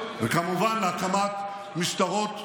וכמובן להקמת משטרות חדשות,